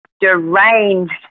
deranged